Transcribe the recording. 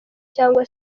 cyangwa